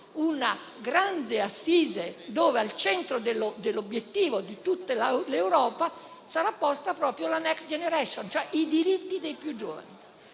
una grande assise e al centro dell'obiettivo di tutta l'Europa sarà posta proprio la *next generation*, ossia i diritti dei più giovani.